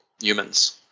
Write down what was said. humans